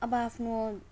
अब आफ्नो